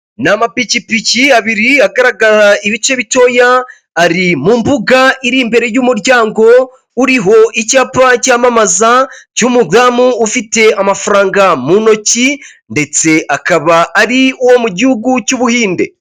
Ni mapikipiki abiri agaragara ibice bitoya ari mu mbuga iri imbere y'umuryango, uriho icyapa cyamamaza cy'umudamu ufite amafaranga mu ntoki ndetse akaba ari uwo mu gihugu cy'Ubuhinde.